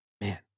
Man